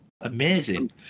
amazing